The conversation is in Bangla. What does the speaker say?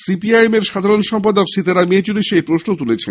সিপিআইএম এর সাধারণ সম্পাদক সীতারাম ইয়েচুরি সেই প্রশ্ন তুলেছেন